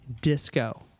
disco